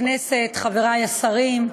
חברי השרים,